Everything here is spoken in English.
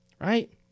right